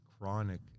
chronic